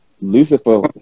Lucifer